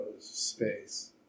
space